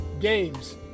games